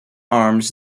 arms